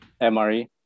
MRE